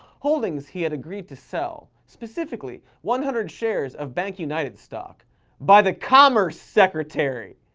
holdings he had agreed to sell. specifically, one hundred shares of bankunited stock by the commerce secretary.